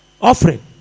Offering